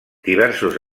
diversos